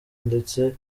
ndetse